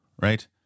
right